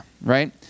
right